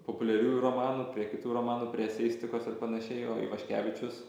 populiariųjų romanų prie kitų romanų prie eseistikos ir panašiai o ivaškevičius